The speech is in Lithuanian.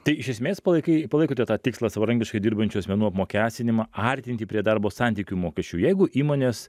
tai iš esmės palaikai palaikote tą tikslą savarankiškai dirbančių asmenų apmokestinimą artinti prie darbo santykių mokesčių jeigu įmonės